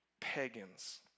pagans